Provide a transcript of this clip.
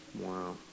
wow